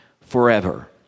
forever